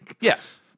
Yes